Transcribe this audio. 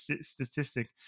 statistic